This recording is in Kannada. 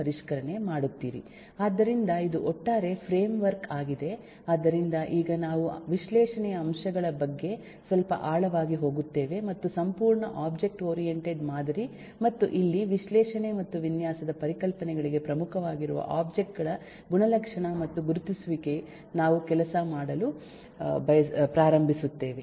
ಆದ್ದರಿಂದ ಇದು ಒಟ್ಟಾರೆ ಫ್ರೇಮ್ ವರ್ಕ್ ಆಗಿದೆ ಆದ್ದರಿಂದ ಈಗ ನಾವು ವಿಶ್ಲೇಷಣೆಯ ಅಂಶಗಳ ಬಗ್ಗೆ ಸ್ವಲ್ಪ ಆಳವಾಗಿ ಹೋಗುತ್ತೇವೆ ಮತ್ತು ಸಂಪೂರ್ಣ ಒಬ್ಜೆಕ್ಟ್ ಓರಿಯಂಟೆಡ್ ಮಾದರಿ ಮತ್ತು ಇಲ್ಲಿ ವಿಶ್ಲೇಷಣೆ ಮತ್ತು ವಿನ್ಯಾಸದ ಪರಿಕಲ್ಪನೆಗಳಿಗೆ ಪ್ರಮುಖವಾಗಿರುವ ಒಬ್ಜೆಕ್ಟ್ ಗಳ ಗುಣಲಕ್ಷಣ ಮತ್ತು ಗುರುತಿಸುವಿಕೆಗೆ ನಾವು ಕೆಲಸ ಮಾಡಲು ಪ್ರಾರಂಭಿಸುತ್ತೇವೆ